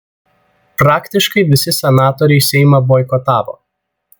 praktiškai visi senatoriai seimą boikotavo